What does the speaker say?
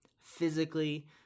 physically